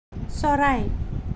চৰাই